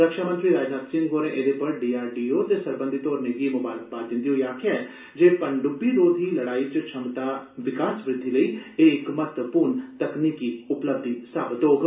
रक्षा मंत्री राजनाथ सिंह सिंह होरें एह्दे पर डीआरडीओ ते सरबंधत होरने गी मबारकबाद दिंदे होई आक्खेआ ऐ जे पनडुब्बी रोधी लड़ाई च छमता विकास वृद्धि लेई एह् इक महत्वपूर्ण तकनीकी उपाधि साबत होग